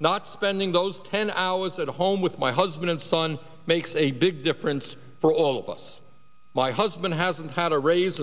not spending those ten hours at home with my husband and son makes a big difference for all of us my husband hasn't had a raise